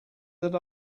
that